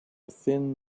thin